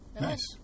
Nice